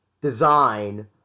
design